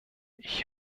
ich